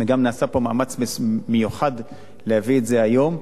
וגם נעשה פה מאמץ מיוחד להביא את זה היום,